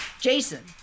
Jason